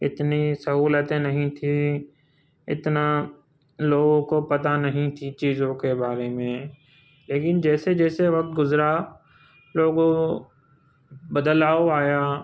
اتنی سہولتیں نہیں تھیں اتنا لوگوں کو پتہ نہیں تھی چیزوں کے بارے میں لیکن جیسے جیسے وقت گزرا لوگوں بدلاؤ آیا